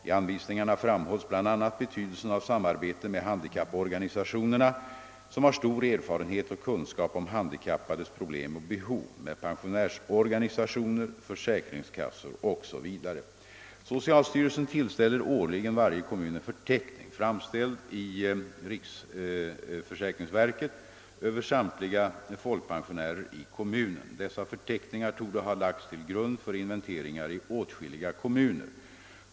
I anvisningarna framhålls bl.a. betydelsen av samarbete med handikapporgnisationerna, som har stor erfarenhet och kunskap om handikappades problem och behov, med pensionärsorganisationer, försäkringskassor o.s.v. Socialstyrelsen tillställer årligen varje kommun en förteckning, framställd i riksförsäkringsverket, över samtliga folkpensionärer i kommunen. Dessa förteckningar torde ha lagts till grund för inventeringar i åtskilliga kommuner.